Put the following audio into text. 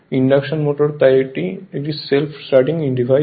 induction motor তাই একটি self starting device